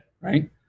right